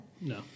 No